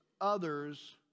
others